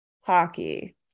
hockey